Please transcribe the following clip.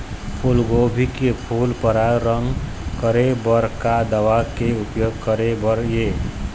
फूलगोभी के फूल पर्रा रंग करे बर का दवा के उपयोग करे बर ये?